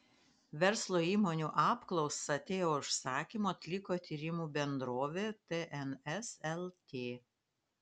verslo įmonių apklausą teo užsakymu atliko tyrimų bendrovė tns lt